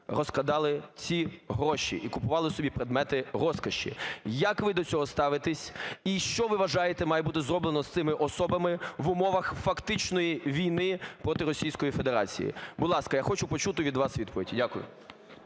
розкрадали ці гроші і купували собі предмети розкоші. Як ви до цього ставитесь? І що, ви вважаєте, має бути зроблено з цими особами в умовах фактичної війни проти Російської Федерації? Будь ласка, я хочу почути від вас відповідь. Дякую.